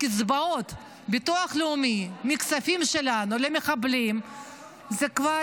קצבאות ביטוח לאומי מכספים שלנו למחבלים זה כבר,